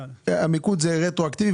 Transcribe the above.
המיקוד זה רטרואקטיבי,